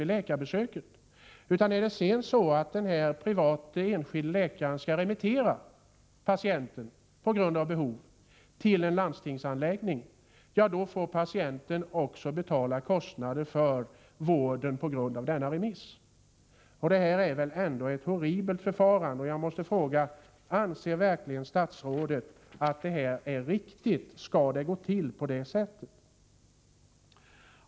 vid läkarbesöket, utan om den private enskilde läkaren på grund av att så är nödvändigt remitterar patienten till en landstingsanläggning, så måste patienten också betala kostnaden för den vård han får på grund av denna remiss. Detta är väl ändå ett horribelt förfarande! Anser verkligen statsrådet att detta är riktigt? Skall det gå till på det sättet?